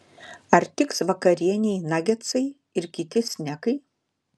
ar tiks vakarienei nagetsai ir kiti snekai